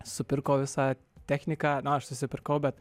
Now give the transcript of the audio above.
supirko visą techniką aš nusipirkau bet